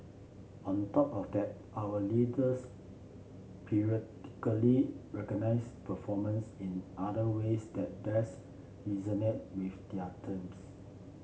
on top of that our leaders periodically recognise performance in other ways that best resonate with their teams